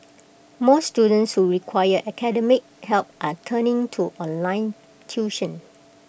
more students who require academic help are turning to online tuition